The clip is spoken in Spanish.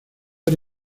era